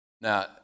Now